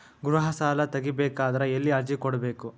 ಗೃಹ ಸಾಲಾ ತಗಿ ಬೇಕಾದರ ಎಲ್ಲಿ ಅರ್ಜಿ ಕೊಡಬೇಕು?